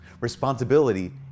Responsibility